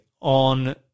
on